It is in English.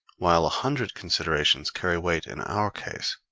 while a hundred considerations carry weight in our case,